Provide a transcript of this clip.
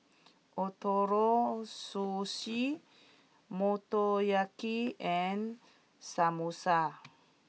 Ootoro Sushi Motoyaki and Samosa